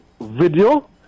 video